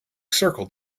circle